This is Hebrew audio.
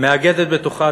מאגדת בתוכה,